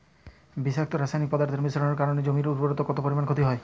বিষাক্ত রাসায়নিক পদার্থের মিশ্রণের কারণে জমির উর্বরতা কত পরিমাণ ক্ষতি হয়?